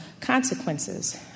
consequences